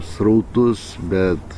srautus bet